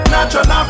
Natural